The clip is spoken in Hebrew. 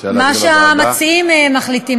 מה שהמציעים מחליטים.